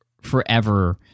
forever